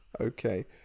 Okay